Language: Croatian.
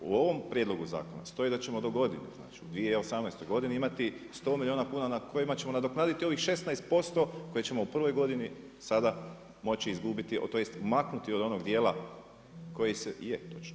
U ovom prijedlogu zakona stoji da ćemo do godine znači, u 2018. godini imati 100 milijuna kuna na kojima ćemo nadoknaditi ovih 16% koje ćemo u prvoj godini sada moći izgubiti, tj. maknuti od onog dijela koji je točno.